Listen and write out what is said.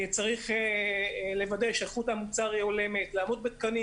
צריך לוודא שאיכות המוצר הולמת, לעמוד בתקנים